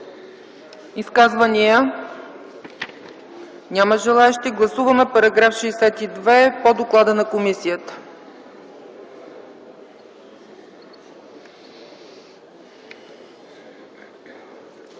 Изказвания? Няма желаещи. Гласуваме § 62 по доклада на комисията.